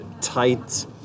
tight